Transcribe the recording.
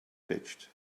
pitched